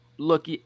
Look